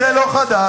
זה לא חדש,